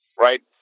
right